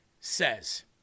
says